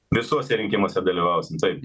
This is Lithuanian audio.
visuose rinkimuose dalyvausim taip